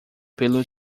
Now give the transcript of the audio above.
pelo